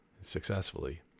successfully